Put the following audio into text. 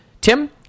Tim